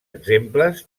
exemples